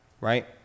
Right